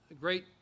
great